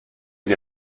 des